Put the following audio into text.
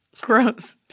Gross